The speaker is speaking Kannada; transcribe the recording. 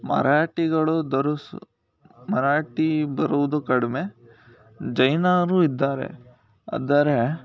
ಮರಾಠಿಗರು ದೊರಸು ಮರಾಠಿ ಬರುವುದು ಕಡಿಮೆ ಜೈನರು ಇದ್ದಾರೆ ಆದರೆ